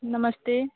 नमस्ते